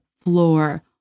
floor